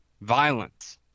violence